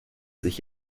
sich